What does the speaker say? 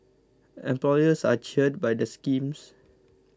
employers are cheered by the schemes